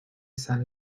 saint